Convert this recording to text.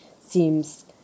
seems